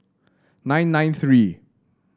nine nine three